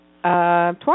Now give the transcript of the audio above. Twice